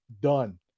Done